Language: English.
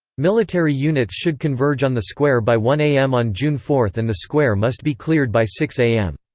military units should converge on the square by one am on june four and the square must be cleared by six am.